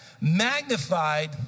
magnified